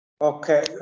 Okay